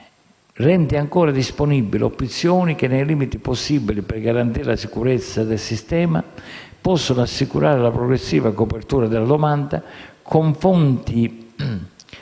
rendono ora disponibili opzioni che, nei limiti possibili per garantire la sicurezza del sistema, possono assicurare la progressiva copertura della domanda con fonti